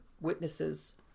witnesses